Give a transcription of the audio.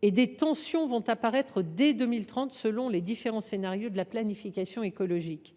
et des tensions apparaîtront dès 2030, selon les différents scénarios de la planification écologique.